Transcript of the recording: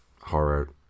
horror